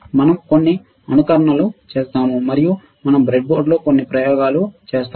మనం కొన్ని అనుకరణలు చేస్తాము మరియు మనం బ్రెడ్బోర్డ్లో కొన్ని ప్రయోగాలు చేస్తాము